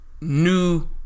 new